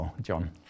John